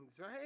right